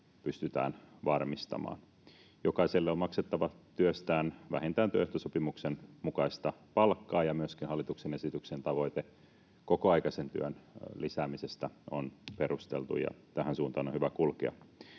pystytään varmistamaan. Jokaiselle on maksettava työstään vähintään työehtosopimuksen mukaista palkkaa, ja myöskin hallituksen esityksen tavoite kokoaikaisen työn lisäämisestä on perusteltu, ja tähän suuntaan on hyvä kulkea.